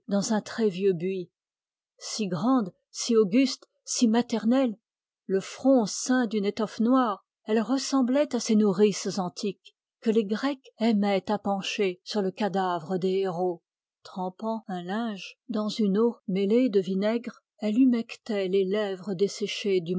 un très vieux buis grande auguste maternelle le front ceint d'une étoffe noire elle ressemblait à ces nourrices antiques que les grecs aimaient à pencher sur le cadavre des héros trempant une ligne dans une eau mêlée de vinaigre elle humectait les lèvres desséchées